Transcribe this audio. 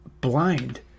blind